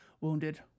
wounded